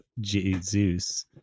Jesus